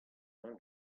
mañ